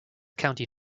county